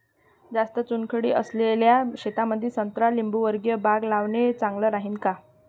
जास्त चुनखडी असलेल्या शेतामंदी संत्रा लिंबूवर्गीय बाग लावणे चांगलं राहिन का?